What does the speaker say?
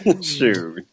sure